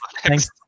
Thanks